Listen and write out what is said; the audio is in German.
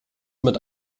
mit